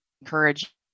encourage